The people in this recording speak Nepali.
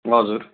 हजुर